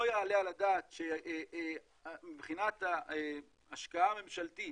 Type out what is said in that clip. לא יעלה על הדעת שמבחינת ההשקעה הממשלתית